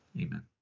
Amen